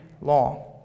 long